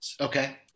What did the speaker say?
Okay